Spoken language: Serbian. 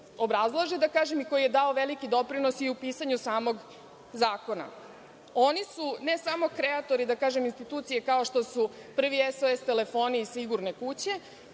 i koji je dao veliki doprinos u pisanju samog zakona. Oni su, ne samo kreatori, da kažem, institucije, kao što su prvi SOS telefoni, sigurne kuće.